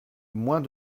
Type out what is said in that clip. moins